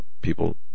people